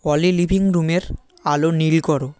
অলি living রুমের আলো নীল করো